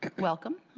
welcome.